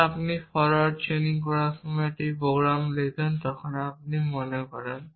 যা আপনি যখন ফরওয়ার্ড চেইনিং করার জন্য একটি প্রোগ্রাম লেখেন তখন আপনি করেন